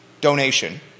donation